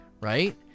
right